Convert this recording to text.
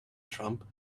trump